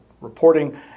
reporting